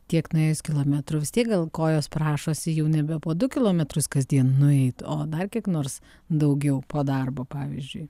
tiek nuėjus kilometrų vis tiek gal kojos prašosi jau nebe po du kilometrus kasdien nueit o dar kiek nors daugiau po darbo pavyzdžiui